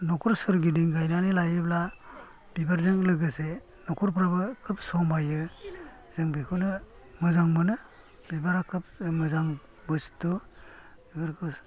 नखर सोरगिदिं गायनानै लायोब्ला बिबारजों लोगोसे नखरफोराबो खोब समायो जों बेखौनो मोजां मोनो बिबारा खोब मोजां बुस्थु बिबारखौ